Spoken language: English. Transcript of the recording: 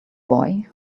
boy